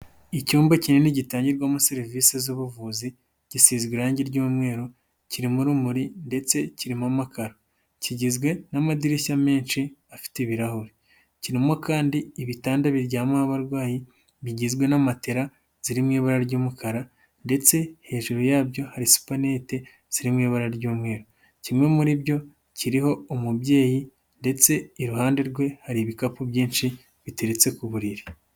Icyumba kinini gitangirwamo serivisi z'ubuvuzi, gisizezwe irangi ry'umweru, kiririmo urumuri ndetse kirimo amakara, kigizwe n'amadirishya menshi afite ibirahuri, kirimo kandi ibitanda biryamaho abarwayi bigizwe na matera ziri mu ibara ry'umukara ndetse hejuru yabyo hari supanete ziri mu ibara ry'umweru, kimwe muri byo kiriho umubyeyi ndetse iruhande rwe hari ibikapu byinshi biteretse ku buriri.